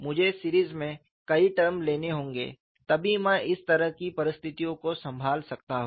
मुझे सीरीज में कई टर्म लेने होंगे तभी मैं इस तरह की परिस्थितियों को संभाल सकता हूं